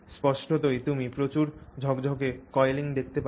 স্পষ্টতই তুমি প্রচুর ঝকঝকে কয়েলিং দেখতে পাচ্ছ